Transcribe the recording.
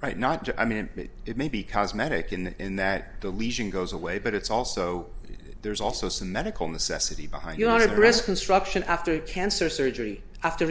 right not just i mean it may be cosmetic in the in that the lesion goes away but it's also there's also some medical necessity behind you on a breast construction after cancer surgery after